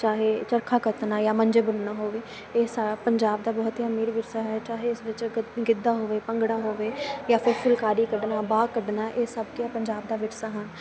ਚਾਹੇ ਚਰਖਾ ਕੱਤਣਾ ਜਾਂ ਮੰਜੇ ਬੁਣਨਾ ਹੋਵੇ ਇਹ ਸਾਰਾ ਪੰਜਾਬ ਦਾ ਬਹੁਤ ਹੀ ਅਮੀਰ ਵਿਰਸਾ ਹੈ ਚਾਹੇ ਇਸ ਵਿੱਚ ਗ ਗਿੱਧਾ ਹੋਵੇ ਭੰਗੜਾ ਹੋਵੇ ਜਾਂ ਫਿਰ ਫੁੱਲਕਾਰੀ ਕੱਢਣਾ ਬਾਗ ਕੱਢਣਾ ਇਹ ਸਭ ਕੁਛ ਪੰਜਾਬ ਦਾ ਵਿਰਸਾ ਹੈ